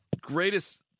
greatest